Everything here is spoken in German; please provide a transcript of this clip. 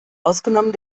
außgenommen